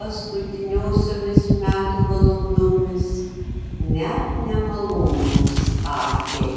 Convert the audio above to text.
paskutiniosiomis metų valandomis net nemalonios akiai